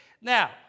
Now